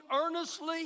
earnestly